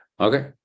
Okay